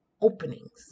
openings